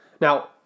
Now